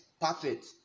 perfect